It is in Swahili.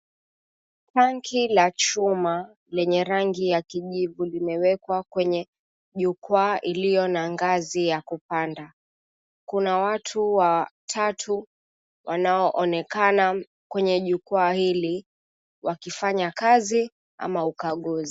Tanki la chuma lenye rangi ya kijivu limewekwa kwenye jukwaa iliyo na ngazi ya kupanda. Kuna watu watatu wanaonekana kwenye jukwaa hili wakifanya kazi ama ukaguzi.